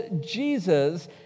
Jesus